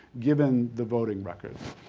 given the voting record.